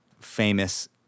famous